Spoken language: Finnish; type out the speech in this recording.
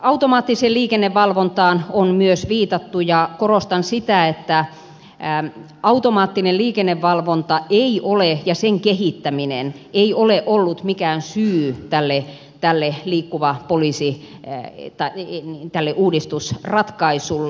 automaattiseen liikennevalvontaan on myös viitattu ja korostan sitä että automaattinen liikennevalvonta ei ole ja sen kehittäminen ei ole ollut mikään syy tälle liikkuvaa poliisia koskevalle uudistusratkaisulle